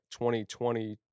2020